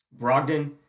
Brogdon